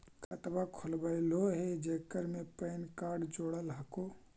खातवा खोलवैलहो हे जेकरा मे पैन कार्ड जोड़ल हको?